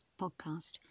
podcast